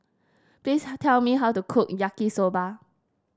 please tell me how to cook Yaki Soba